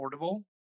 affordable